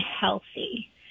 healthy